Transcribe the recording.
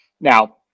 Now